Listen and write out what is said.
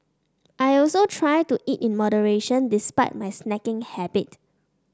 I also try to eat in moderation despite my snacking habit